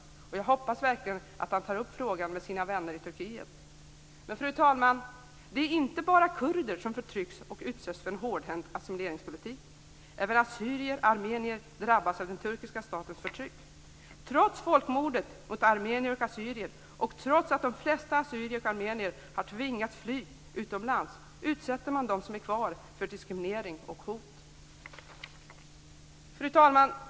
Jag hoppas verkligen att han tar upp frågan med sina vänner i Turkiet. Men, fru talman, det är inte bara kurder som förtrycks och utsätts för en hårdhänt assimileringspolitik. Även assyrier och armenier drabbas av den turkiska statens förtryck. Trots folkmordet mot assyrier och armenier, och trots att de flesta assyrier och armenier har tvingats fly utomlands, utsätter man dem som är kvar för diskriminering och hot. Fru talman!